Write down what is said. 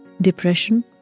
depression